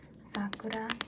Sakura